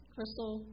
Crystal